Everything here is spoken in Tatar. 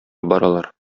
баралар